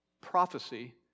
prophecy